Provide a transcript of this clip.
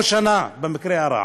או אחרי שנה, במקרה הרע.